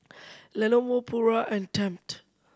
Lenovo Pura and Tempt